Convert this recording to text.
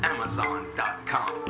Amazon.com